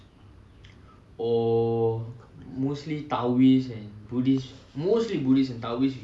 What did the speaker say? or mostly taoist and buddhist mostly buddhist and taoist